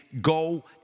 go